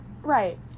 Right